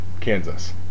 Kansas